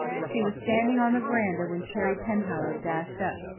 she was standing on the veranda when carey penhallow dashed up.